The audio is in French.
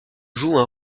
jouent